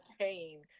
pain